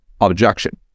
objection